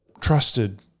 trusted